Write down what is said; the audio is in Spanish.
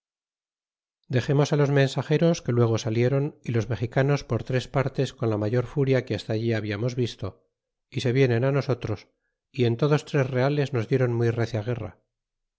dexemos los mensag eros que luego saliéron y los mexicanos por tres partes con la mayor furia que hasta allí habiamos visto y vienen nosotros y en todos tres reales nos diéron muy recia guerra